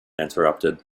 interrupted